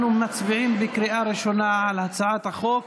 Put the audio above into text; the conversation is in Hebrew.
אנחנו מצביעים בקריאה ראשונה על הצעת חוק